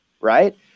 right